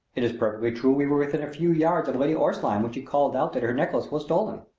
it is perfectly true we were within a few yards of lady orstline when she called out that her necklace was stolen.